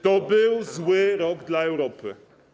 To był zły rok dla Europy.